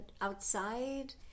outside